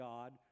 God